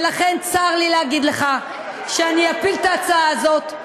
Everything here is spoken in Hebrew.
ולכן צר לי להגיד לך שאני אפיל את ההצעה הזאת.